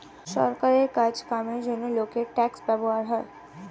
সরকারের কাজ কামের জন্যে লোকের ট্যাক্স ব্যবহার হয়